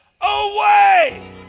away